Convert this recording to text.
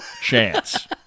chance